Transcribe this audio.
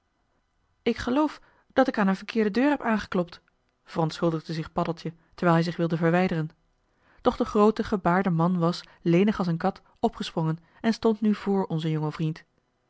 ik geloof dat ik aan een verkeerde deur heb aangeklopt verontschuldigde zich paddeltje terwijl hij zich wilde verwijderen doch de groote gebaarde man was lenig als een kat opgesprongen en stond nu voor onzen jongen vriend